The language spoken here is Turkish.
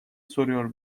soruyor